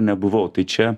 nebuvau tai čia